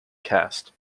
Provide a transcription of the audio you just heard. cast